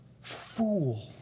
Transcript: fool